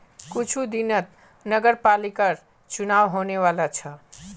कुछू दिनत नगरपालिकर चुनाव होने वाला छ